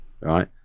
right